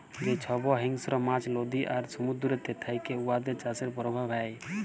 যে ছব হিংস্র মাছ লদী আর সমুদ্দুরেতে থ্যাকে উয়াদের চাষের পরভাব হ্যয়